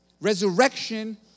Resurrection